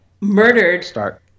murdered